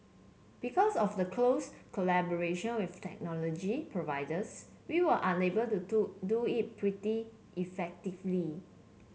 because of the close collaboration with technology providers we are unable to do do it pretty effectively